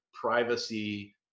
privacy